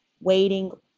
waiting